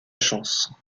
chance